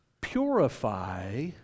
purify